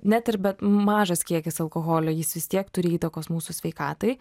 net ir bet mažas kiekis alkoholio jis vis tiek turi įtakos mūsų sveikatai